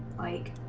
like